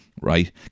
right